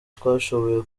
twashoboye